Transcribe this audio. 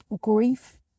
grief